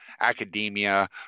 academia